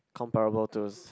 comparable those